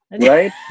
right